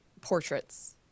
portraits